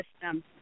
system